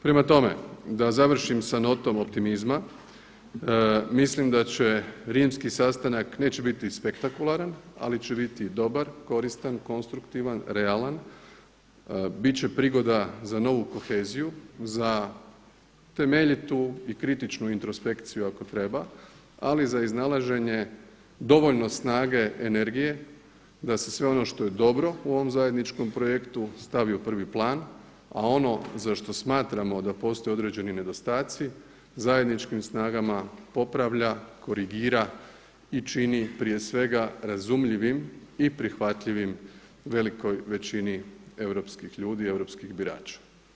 Prema tome, da završim sa notom optimizma, mislim da će rimski sastanak, neće biti spektakularan, ali će biti dobar, koristan, konstruktivan, realan, bit će prigoda za novu koheziju, za temeljitu i kritičnu introspekciju ako treba, li za iznalaženje dovoljno snage, energije da se sve ono što je dobro u ovom zajedničkom projektu stavi u prvi plan, a ono za što smatramo da postoji određeni nedostaci, zajedničkim snagama popravlja, korigira i čini prije svega razumljivim i prihvatljivim velikoj većini europskih ljudi i europskih birača.